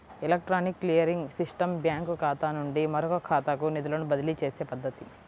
electronic clearing system బ్యాంకుఖాతా నుండి మరొకఖాతాకు నిధులను బదిలీచేసే పద్ధతి